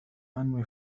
أنوي